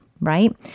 right